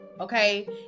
Okay